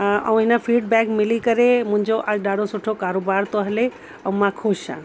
ऐं हिन फीडबैक मिली करे मुंहिंजो अॼ ॾाढो सुठो कारोबार थो हले ऐं मां ख़ुशि आहे